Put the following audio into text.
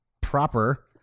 proper